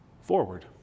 forward